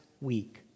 week